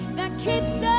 that keeps